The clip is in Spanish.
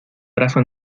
brazo